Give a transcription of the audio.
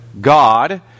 God